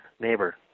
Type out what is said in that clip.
neighbor